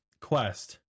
quest